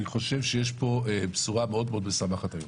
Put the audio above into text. אני חושב שיש פה בשורה מאוד מאוד משמחת היום.